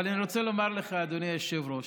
אבל אני רוצה לומר לך, אדוני היושב-ראש,